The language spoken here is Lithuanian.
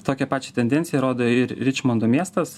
tokią pačią tendenciją rodo ir ričardo miestas